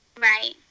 right